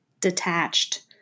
detached